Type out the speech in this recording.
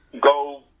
go